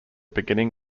beginning